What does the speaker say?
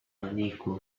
unequal